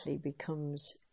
becomes